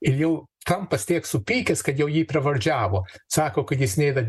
ir jau trampas tiek supykęs kad jau jį pravardžiavo sako kad jis nėra